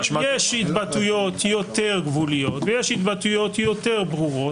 יש התבטאויות יותר גבוליות ויש התבטאויות יותר ברורות.